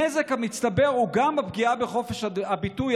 הנזק המצטבר הוא גם פגיעה בחופש הביטוי,